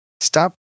stop